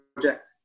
project